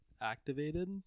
activated